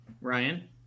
ryan